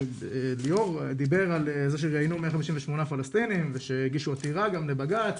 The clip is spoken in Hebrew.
ליאור דיבר על זה שראיינו 158 פלסטינים ושהגישו עתירה גם לבג"צ.